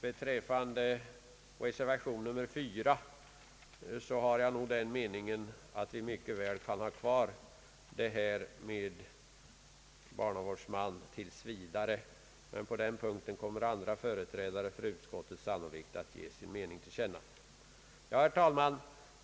Beträffande reservation 4 har jag den meningen att vi mycket väl kan ha kvar barnavårdsmännen tills vidare, men på den punkten kommer andra företrädare för utskottet sannolikt att ge sin mening till känna. Herr talman!